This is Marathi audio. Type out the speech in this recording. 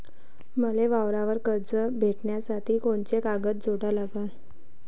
मले वावरावर कर्ज भेटासाठी कोंते कागद जोडा लागन?